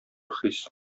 хис